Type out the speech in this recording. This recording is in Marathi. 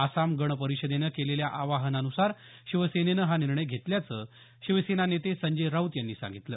आसाम गण परिषदेनं केलेल्या आवाहनानुसार शिवसेनेनं हा निर्णय घेतल्याचं शिवसेना नेते संजय राऊत यांनी सांगितलं